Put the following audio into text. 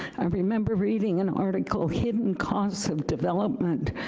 i remember reading an article hidden costs of development.